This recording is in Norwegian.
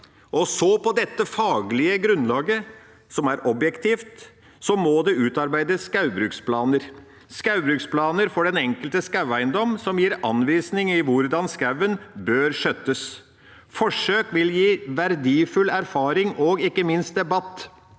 På dette faglige grunnlaget, som er objektivt, må det så utarbeides skogbruksplaner for den enkelte skogeiendom som gir anvisning i hvordan skogen bør skjøttes. Forsøk vil gi verdifull erfaring og ikke minst debatt